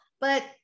but-